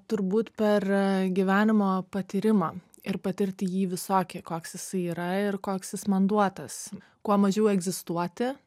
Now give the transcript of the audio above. turbūt per gyvenimo patyrimą ir patirti jį visokį koks jisai yra ir koks jis man duotas kuo mažiau egzistuoti